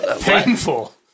painful